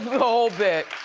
the whole bit.